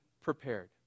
prepared